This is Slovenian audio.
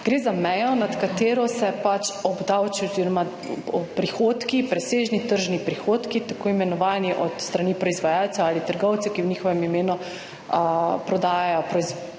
Gre za mejo nad katero se obdavči oziroma prihodki, presežni tržni prihodki, tako imenovani od strani proizvajalcev ali trgovcev, ki v njihovem imenu prodajajo